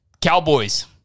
cowboys